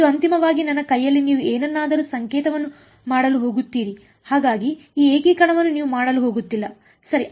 ಇದು ಅಂತಿಮವಾಗಿ ನನ್ನ ಕೈಯಲ್ಲಿ ನೀವು ಏನನ್ನಾದರೂ ಸಂಕೇತವನ್ನು ಮಾಡಲು ಹೋಗುತ್ತೀರಿ ಹಾಗಾಗಿ ಈ ಏಕೀಕರಣವನ್ನು ನೀವು ಮಾಡಲು ಹೋಗುತ್ತಿಲ್ಲ ಸರಿ